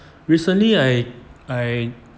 recently I I